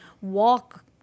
walk